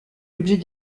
l’objet